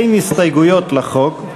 אין הסתייגויות לחוק,